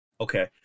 Okay